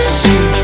see